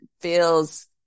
feels